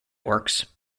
works